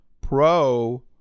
pro